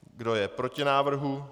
Kdo je proti návrhu?